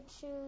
choose